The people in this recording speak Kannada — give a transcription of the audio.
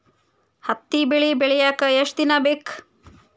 ಹತ್ತಿ ಬೆಳಿ ಬೆಳಿಯಾಕ್ ಎಷ್ಟ ದಿನ ಬೇಕ್?